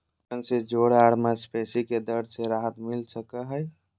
सेवन से जोड़ आर मांसपेशी के दर्द से राहत मिल सकई हई